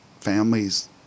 families